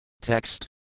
Text